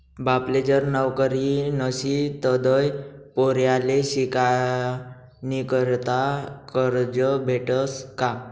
बापले जर नवकरी नशी तधय पोर्याले शिकानीकरता करजं भेटस का?